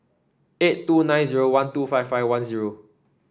eight two nine zero one two five five one zero